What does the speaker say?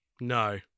No